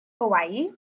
Hawaii